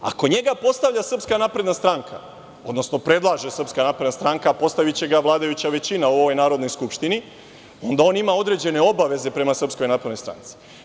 Ako njega postavlja Srpska napredna stranka, odnosno predlaže Srpska napredna stranka a postaviće ga vladajuća većina u ovoj Narodnoj skupštini, onda on ima određene obaveze prema Srpskoj naprednoj stranci.